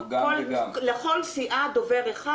לכל סיעה דובר אחד.